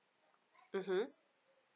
mmhmm